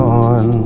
on